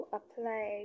apply